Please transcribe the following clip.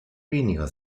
weniger